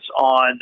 on